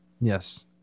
Yes